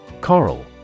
Coral